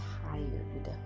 tired